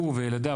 הוא וילדיו.